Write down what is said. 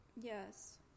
Yes